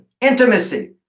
Intimacy